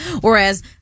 whereas